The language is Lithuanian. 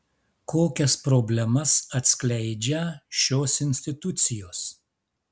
kokias problemas atskleidžią šios institucijos